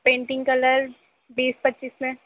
painting colours بیس پچیس میں